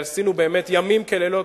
עשינו באמת ימים כלילות,